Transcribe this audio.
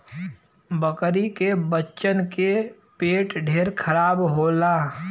बकरी के बच्चन के पेट ढेर खराब होला